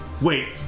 Wait